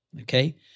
okay